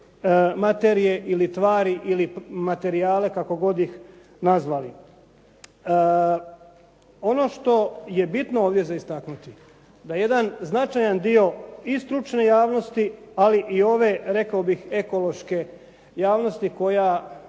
materije ili tvari, ili materijale kako god ih nazvali. Ono što je bitno ovdje za istaknuti, da jedan značajan dio i stručne javnosti ali i ove rekao bih ekološke javnosti koja